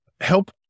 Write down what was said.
help